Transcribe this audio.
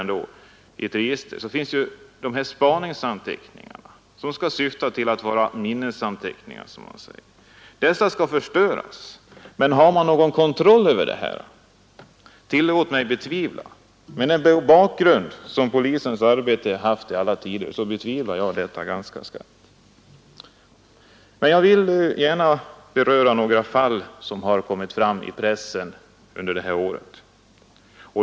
Vidare finns spaningsanteckningar, som endast skall vara minnesanteckningar. Dessa skall förstöras, men har man någon kontroll över det? Tillåt mig betvivla det! Med den bakgrund som polisens arbete haft i alla tider betvivlar jag det ganska starkt! Jag vill gärna beröra några fall som tagits upp i pressen under det här året.